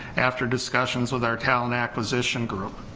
after discussions with our talent acquisition group.